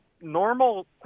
Normal